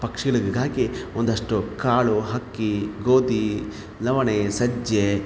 ಪಕ್ಷಿಗಳಿಗಾಗಿ ಒಂದಷ್ಟು ಕಾಳು ಹಕ್ಕಿ ಗೋದಿ ನವಣೆ ಸಜ್ಜೆ